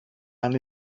and